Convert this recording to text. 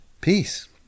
peace